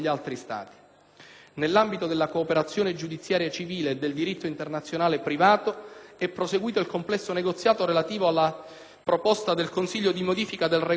Nell'ambito della cooperazione giudiziaria civile e del diritto internazionale privato è proseguito il complesso negoziato relativo alla proposta del Consiglio di modifica del regolamento